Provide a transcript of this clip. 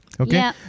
Okay